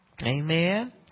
Amen